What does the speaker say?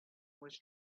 was